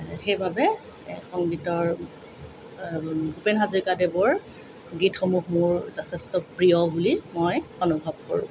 সেইবাবে সংগীতৰ ভূপেন হাজৰিকাদেৱৰ গীতসমূহ মোৰ যথেষ্ট প্ৰিয় বুলি মই অনুভৱ কৰোঁ